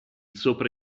sopra